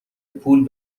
پول